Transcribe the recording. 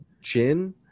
Jin